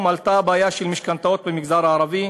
עלתה בעיה של משכנתאות במגזר הערבי,